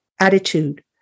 attitude